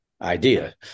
idea